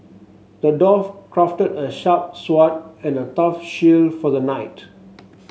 the dwarf crafted a sharp sword and a tough shield for the knight